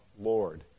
Lord